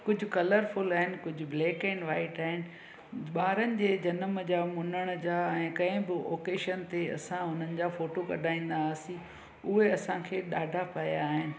कुझु कलरफुल आहिनि कुझु ब्लैक एन वाइट आहिनि ॿारनि जे जनम जा मुंडण जा ऐं कंहिं बि ओकेजन जे असां उन्हनि जा फ़ोटो कढ़ाईंदासीं उहे असांखे ॾाढा पिया आहिनि